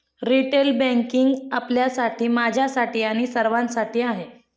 retail banking आपल्यासाठी, माझ्यासाठी आणि सर्वांसाठी आहे